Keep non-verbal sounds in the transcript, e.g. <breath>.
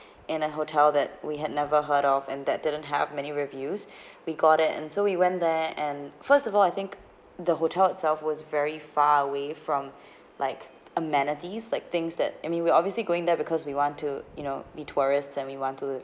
in a hotel that we had never heard of and that didn't have many reviews <breath> we got that and so we went there and first of all I think the hotel itself was very far away from <breath> like amenities like things that I mean we're obviously going there because we want to you know be tourists and we want to